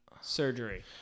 surgery